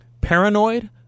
Paranoid